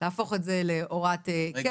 להפוך את זה להוראת קבע.